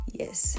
yes